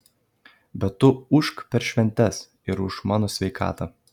bet tu ūžk per šventes ir už mano sveikatą